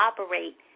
operate